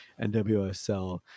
NWSL